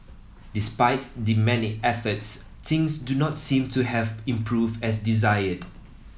despite the many efforts things do not seem to have improved as desired